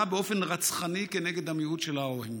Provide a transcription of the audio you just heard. באופן רצחני כנגד המיעוט של הרוהינגה.